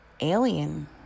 alien